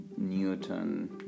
Newton